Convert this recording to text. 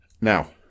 Now